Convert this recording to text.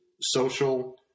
social